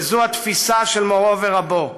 וזו התפיסה של מורו ורבו.